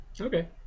Okay